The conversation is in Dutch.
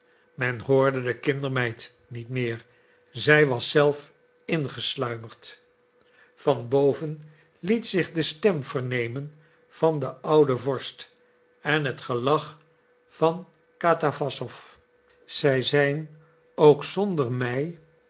men hoorde de kindermeid niet meer zij was zelf ingesluimerd van boven liet zich de stem vernemen van den ouden vorst en het gelach van katawassow zij zijn ook zonder mij